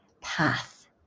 path